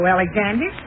Alexander